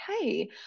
Hey